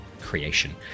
creation